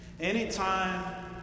Anytime